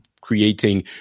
creating